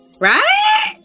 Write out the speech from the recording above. Right